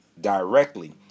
directly